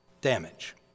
damage